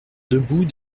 debout